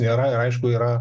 nėra aišku yra